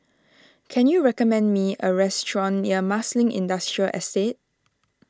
can you recommend me a restaurant near Marsiling Industrial Estate